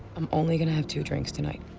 i'm only gonna have two drinks tonight.